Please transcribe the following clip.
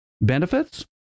benefits